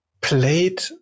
Played